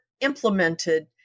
implemented